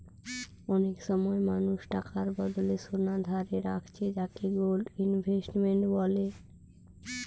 অনেক সময় মানুষ টাকার বদলে সোনা ধারে রাখছে যাকে গোল্ড ইনভেস্টমেন্ট বলে